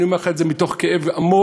אני אומר לך את זה מתוך כאב עמוק.